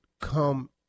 come